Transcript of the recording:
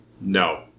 No